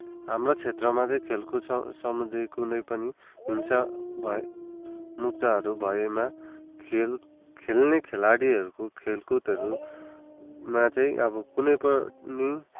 हाम्रो क्षेत्रमा चाहिँ खेलकुद सम्बन्धी कुनै पनि हिंसा भए मुद्दाहरू भएमा खेल खेल्ने खेलाडीहरूको खेलकुदहरूमा चाहिँ अब कुनै पनि